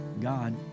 God